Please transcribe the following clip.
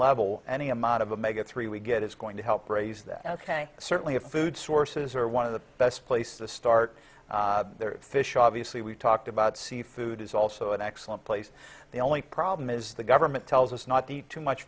level any amount of a mega three we get is going to help raise that certainly a food sources are one of the best place to start fish obviously we talked about seafood is also an excellent place the only problem is the government tells us not the too much